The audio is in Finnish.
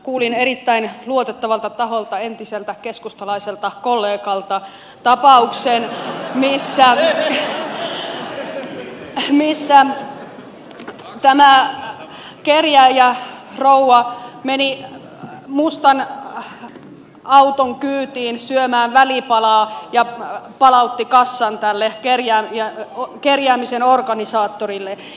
kuulin erittäin luotettavalta taholta entiseltä keskustalaiselta kollegalta tapauksen missä tämä kerjääjärouva meni mustan auton kyytiin syömään välipalaa ja palautti kassan tälle kerjäämisen organisaattorille